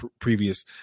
previous